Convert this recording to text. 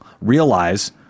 realize